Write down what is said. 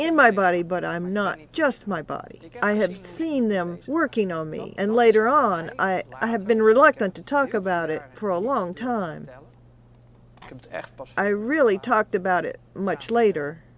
in my body but i'm not just my body i have seen them working on me and later on i have been reluctant to talk about it for a long time and i really talked about it much later